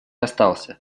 остался